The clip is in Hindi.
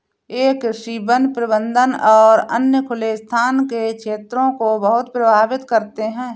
ये कृषि, वन प्रबंधन और अन्य खुले स्थान के क्षेत्रों को बहुत प्रभावित करते हैं